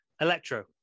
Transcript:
Electro